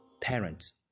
parents